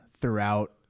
throughout